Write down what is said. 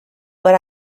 but